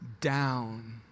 down